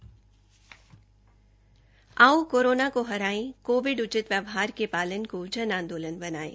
आओ कोरोना को हराए कोविड उचित व्यवहार के पालन को जन आंदोलन बनायें